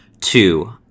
Two